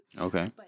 Okay